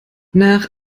nach